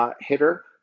hitter